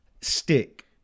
Stick